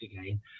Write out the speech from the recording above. again